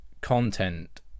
content